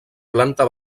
planta